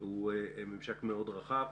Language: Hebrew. הוא ממשק מאוד רחב.